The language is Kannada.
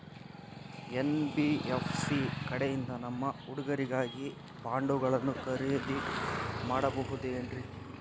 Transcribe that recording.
ಎನ್.ಬಿ.ಎಫ್.ಸಿ ಕಡೆಯಿಂದ ನಮ್ಮ ಹುಡುಗರಿಗಾಗಿ ಬಾಂಡುಗಳನ್ನ ಖರೇದಿ ಮಾಡಬಹುದೇನ್ರಿ?